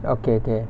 okay okay